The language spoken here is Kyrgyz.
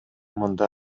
мындай